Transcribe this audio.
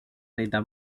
rita